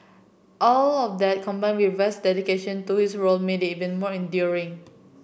all of that combined with West's dedication to his role made it even more endearing